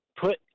put